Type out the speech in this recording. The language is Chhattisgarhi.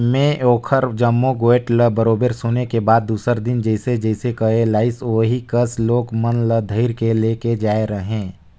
में ओखर जम्मो गोयठ ल बरोबर सुने के बाद दूसर दिन जइसे जइसे कहे लाइस ओही कस लोग मन ल धइर के ले जायें रहें